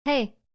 Hey